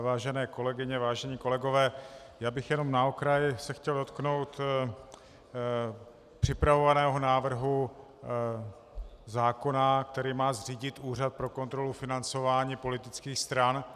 Vážené kolegyně, vážení kolegové, já bych jenom na okraj se chtěl dotknout připravovaného návrhu zákona, který má zřídit Úřad pro kontrolu financování politických stran.